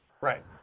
Right